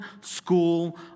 school